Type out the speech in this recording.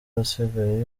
asigaye